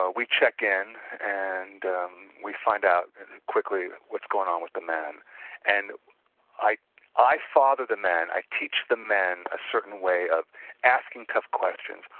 ah we check in and we find out quickly what is going on with the men and i i fathered a man, i teach the man a certain way of asking tough questions,